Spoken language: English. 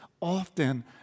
often